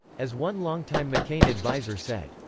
as one longtime mccain advisor said,